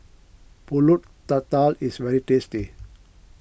Pulut Tatal is very tasty